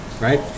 right